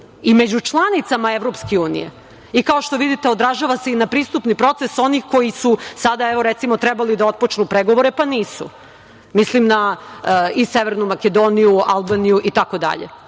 i među članicama EU. Kao što vidite, odražava se i na pristupni proces onih koji su sada, recimo, trebali da otpočnu pregovore, pa nisu. Mislim na Severnu Makedoniju, Albaniju itd.